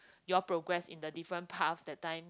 you all progress in the different path that time